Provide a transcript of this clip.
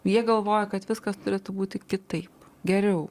jie galvoja kad viskas turėtų būti kitaip geriau